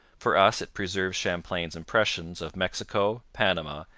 for us it preserves champlain's impressions of mexico, panama,